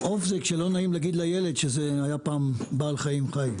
עוף זה כשלא נעים להגיד לילד שזה היה פעם בעל חיים חי.